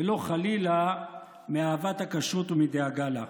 ולא חלילה מאהבת הכשרות ומדאגה לה.